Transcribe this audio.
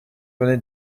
venait